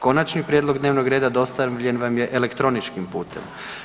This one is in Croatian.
Konačni prijedlog dnevnog reda dostavljen vam je elektroničkim putem.